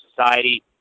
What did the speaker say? Society